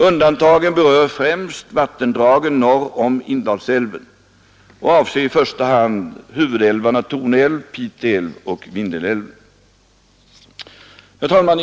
Undantagen berör främst vattendragen norr om Indalsälven och avser i första hand huvudälvarna Torne älv, Pite älv och Vindelälven. Herr talman!